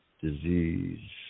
disease